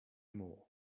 more